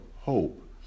hope